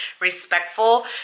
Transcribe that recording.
respectful